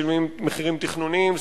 משלמים מחירים תכנוניים,